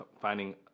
finding